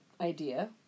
idea